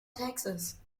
taxes